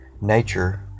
Nature